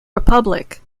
republic